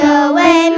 away